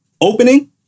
opening